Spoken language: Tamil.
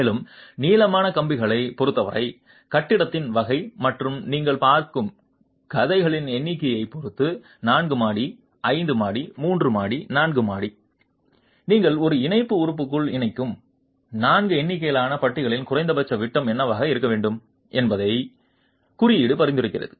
மேலும் நீளமான கம்பிகளைப் பொறுத்தவரை கட்டிடத்தின் வகை மற்றும் நீங்கள் பார்க்கும் கதைகளின் எண்ணிக்கையைப் பொறுத்து 4 மாடி 5 மாடி 3 மாடி 4 மாடி நீங்கள் ஒரு இணைப்பு உறுப்புக்குள் இணைக்கும் நான்கு எண்ணிக்கையிலான பட்டிகளின் குறைந்தபட்ச விட்டம் என்னவாக இருக்க வேண்டும் என்பதை குறியீடு பரிந்துரைக்கிறது